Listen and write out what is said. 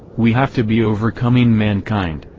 we have to be overcoming mankind,